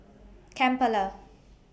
Kampala